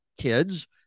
kids